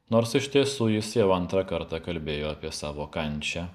nors iš tiesų jis jau antrą kartą kalbėjo apie savo kančią